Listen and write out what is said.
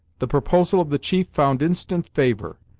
the proposal of the chief found instant favor,